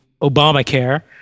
Obamacare